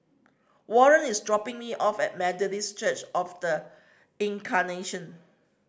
Warren is dropping me off at Methodist Church Of The Incarnation